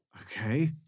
Okay